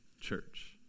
church